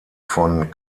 von